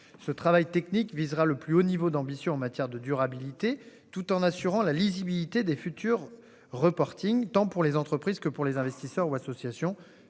ce travail technique visera le plus haut niveau d'ambition en matière de durabilité, tout en assurant la lisibilité des futurs reporting tant pour les entreprises que pour les investisseurs ou associations